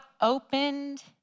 opened